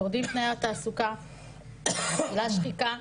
יורדים תנאי התעסוקה, עולה השחיקה,